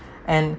and